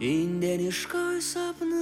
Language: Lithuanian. indėnišką sapną